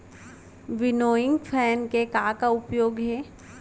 Winnowing fan के का का उपयोग हे?